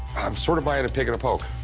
i'm sort of buying a pig in a poke.